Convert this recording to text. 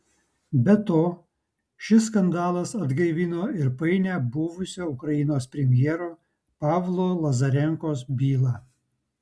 be to šis skandalas atgaivino ir painią buvusio ukrainos premjero pavlo lazarenkos bylą